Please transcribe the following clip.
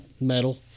metal